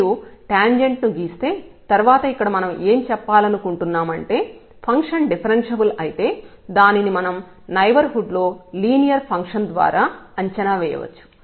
మీరు టాంజెంట్ ను గీస్తే తర్వాత ఇక్కడ మనం ఏం చెప్పాలనుకుంటున్నా మంటే ఫంక్షన్ డిఫరెన్ష్యబుల్ అయితే దానిని మనం నైబర్హుడ్ లో లీనియర్ ఫంక్షన్ ద్వారా అంచనా వేయవచ్చు